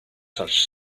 such